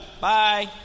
Bye